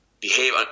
behave